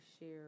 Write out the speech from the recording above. share